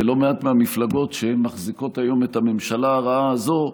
ולא מעט מהמפלגות שמחזיקות היום את הממשלה הרעה הזאת,